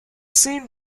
scene